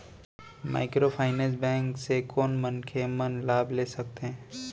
Microfinance bank से कोन मनखे मन लाभ ले सकथे?